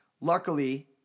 Luckily